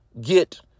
get